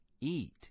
Eat